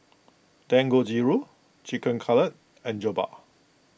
Dangojiru Chicken Cutlet and Jokbal